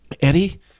Eddie